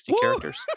characters